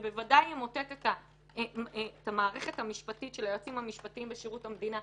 זה בוודאי ימוטט את המערכת המשפטית של היועצים המשפטיים בשירות המדינה.